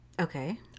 Okay